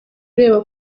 ureba